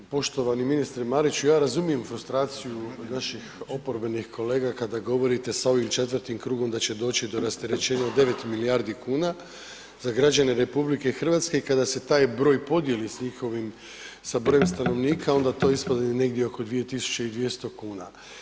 Poštovani ministre Mariću, ja razumijem frustraciju od naših oporbenih kolega kada govorite sa ovim 4. krugom da će doći do rasterećenja od 9 milijardi kuna za građane RH i kada se taj broj podijeli sa njihovim, sa brojem stanovnika onda to ispadne negdje oko 2200 kuna.